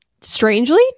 strangely